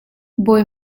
bawi